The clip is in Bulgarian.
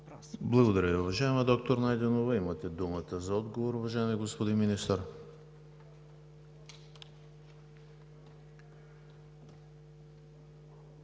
Благодаря Ви, уважаема доктор Найденова! Имате думата за отговор, уважаеми господин Министър!